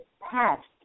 past